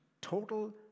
total